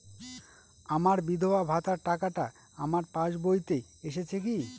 আমার বিধবা ভাতার টাকাটা আমার পাসবইতে এসেছে কি?